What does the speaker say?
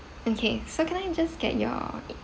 okay so can I just get your